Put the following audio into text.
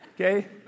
Okay